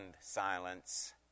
silence